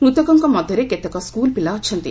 ମୃତକଙ୍କ ମଧ୍ୟରେ କେତେକ ସ୍କୁଲ୍ ପିଲା ଅଛନ୍ତି